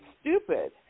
stupid